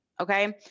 Okay